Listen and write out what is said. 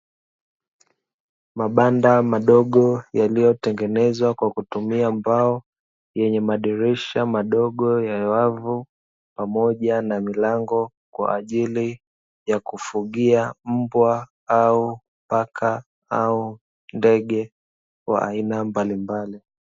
Mabanda madogo yaliyotengenezwa kwa kutumia mbao, yenye madirisha madogo ya wavu pamoja na milango kwa ajili ya kufugia mbwa, au paka, au ndege wa aina mbalimbali.